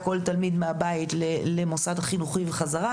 כל תלמיד מהבית למוסד חינוכי וחזרה,